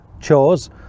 chores